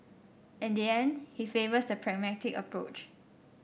in the end he favours the pragmatic approach